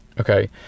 Okay